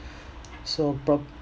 so pro~